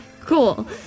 Cool